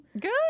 Good